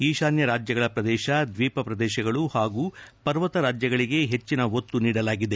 ಈಶಾನ್ನ ರಾಜ್ಯಗಳ ಪ್ರದೇಶ ದ್ನೀಪ ಪ್ರದೇಶಗಳು ಹಾಗೂ ಪರ್ವತ ರಾಜ್ಗಳಿಗೆ ಹೆಚ್ಚಿನ ಒತ್ತು ನೀಡಲಾಗಿದೆ